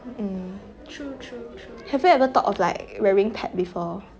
have you ever thought of like having pet before